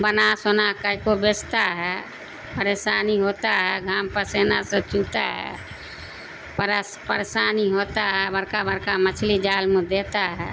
بنا سنا کا کر کو بیچتا ہے پریشانی ہوتا ہے گھام پسینہ سب چوتا ہے پریشانی ہوتا ہے بڑکا بڑکا مچھلی جال میں دیتا ہے